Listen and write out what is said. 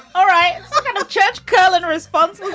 all right. i'm gonna check kerlin response.